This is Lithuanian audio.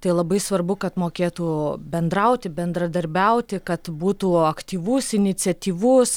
tai labai svarbu kad mokėtų bendrauti bendradarbiauti kad būtų aktyvus iniciatyvus